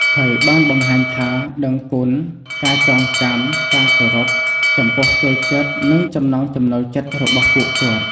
ហើយបានបង្ហាញថាដឺងគុណ ការចងចាំ ការគោរព ចំពោះចូលចិត្តនិងចំណង់ចំណូលចិត្តរបស់ពួកគាត់។